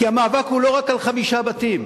כי המאבק הוא לא רק על חמישה בתים,